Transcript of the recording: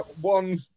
one